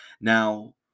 Now